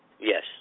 yes